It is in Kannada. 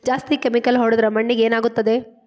ಜಾಸ್ತಿ ಕೆಮಿಕಲ್ ಹೊಡೆದ್ರ ಮಣ್ಣಿಗೆ ಏನಾಗುತ್ತದೆ?